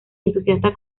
entusiasta